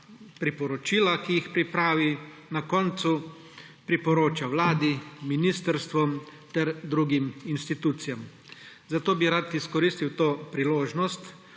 priporočila, ki jih pripravi, na koncu priporoča Vladi, ministrstvom ter drugim institucijam. Zato bi rad izkoristil to priložnost,